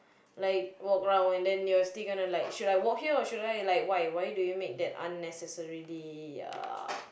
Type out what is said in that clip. like walk around and then you're still gonna like should I walk here or should I like why why do you make that unnecessarily uh